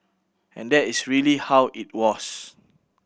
and that is really how it was